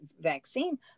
vaccine